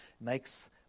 makes